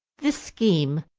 this scheme,